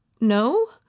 no